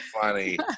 funny